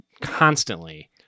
constantly